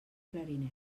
clarinet